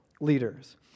leaders